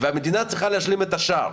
תפקיד המדינה הוא להשלים את השאר.